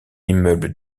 immeuble